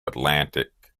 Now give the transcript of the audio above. atlantic